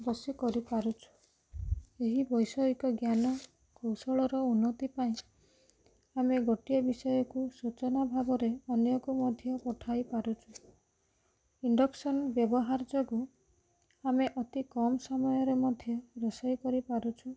ବସି କରିପାରୁଛୁ ଏହି ବୈଷୟିକ ଜ୍ଞାନ କୌଶଳର ଉନ୍ନତି ପାଇଁ ଆମେ ଗୋଟିଏ ବିଷୟକୁ ସୂଚନା ଭାବରେ ଅନ୍ୟକୁ ମଧ୍ୟ ପଠାଇ ପାରୁଛୁ ଇନଡ଼କ୍ସନ୍ ବ୍ୟବହାର ଯୋଗୁଁ ଆମେ ଅତି କମ୍ ସମୟରେ ମଧ୍ୟ ରୋଷେଇ କରିପାରୁଛୁ